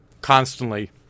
constantly